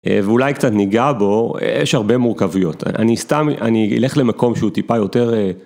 ואולי קצת ניגע בו, יש הרבה מורכבויות, אני סתם, אני אלך למקום שהוא טיפה יותר...